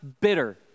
bitter